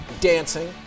Dancing